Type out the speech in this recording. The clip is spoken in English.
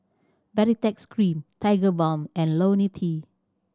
Baritex Cream Tigerbalm and Lonil T